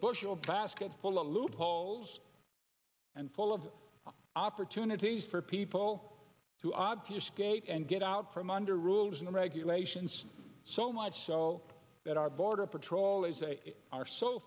bushel basket full of loopholes and full of opportunities for people to obfuscate and get out from under rules and regulations so much so that our border patrol is a are so